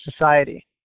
society